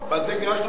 ועל זה גירשנו,